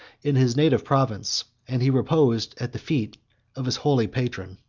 in his native province, and he reposed at the feet of his holy patron.